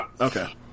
Okay